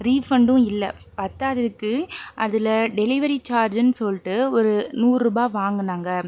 ரீஃபண்டும் இல்லை பத்தாததுக்கு அதில் டெலிவரி சார்ஜுன்னு சொல்லிட்டு ஒரு நூறுபாய் வாங்குனாங்க